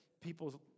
people's